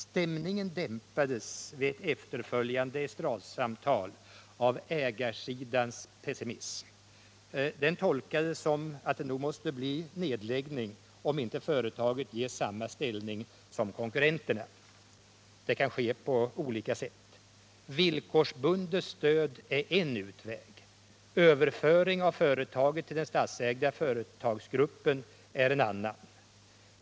Stämningen dämpades av ägarsidans pessimism vid ett efterföljande estradsamtal. Den tolkades som att det nog måste bli nedläggning om inte företaget ges samma ställning som konkurrenterna. Det kan ske på olika sätt. Villkorsbundet stöd är en utväg. Överföring av företaget till den statsägda företagsgruppen är en annan.